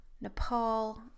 Nepal